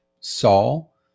Saul